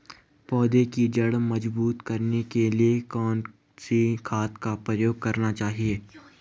पौधें की जड़ मजबूत करने के लिए कौन सी खाद का प्रयोग करना चाहिए?